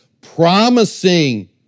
promising